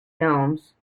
gnomes